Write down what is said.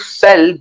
sell